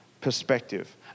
perspective